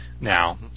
now